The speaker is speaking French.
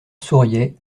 souriait